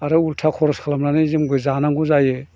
आरो उल्था खरस खालामनानै जोंबो जानांगौ जायो